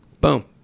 Boom